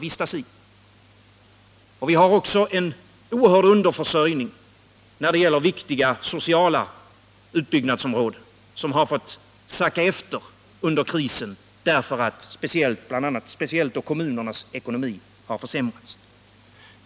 Vi har också en oerhörd underförsörjning när det gäller viktiga sociala utbyggnadsområden, som har fått sacka efter under krisen därför att speciellt kommunernas ekonomi har försämrats.